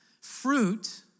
fruit